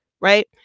right